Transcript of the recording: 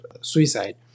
suicide